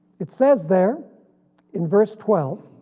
it says there in verse twelve.